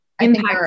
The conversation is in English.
impact